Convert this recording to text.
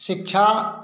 शिक्षा